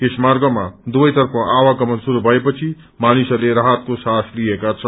यस मार्गमा दुवैतर्फ आवागमन शुरू भएपछि मानिसहस्ले राहतको श्वास लिएका छन्